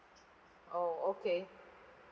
[oh]okay